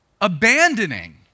abandoning